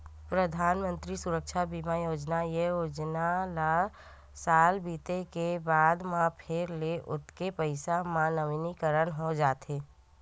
परधानमंतरी सुरक्छा बीमा योजना, ए योजना ल साल बीते के बाद म फेर ले ओतके पइसा म नवीनीकरन हो जाथे